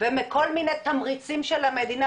ומכל מיני תמריצים של המדינה,